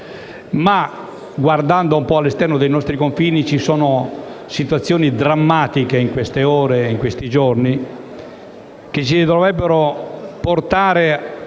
ma guardando un po' all'esterno dei nostri confini, ci sono situazioni drammatiche in queste ore che ci dovrebbero portare